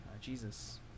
Jesus